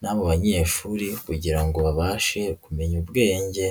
n'abo banyeshuri kugira ngo babashe kumenya ubwenge.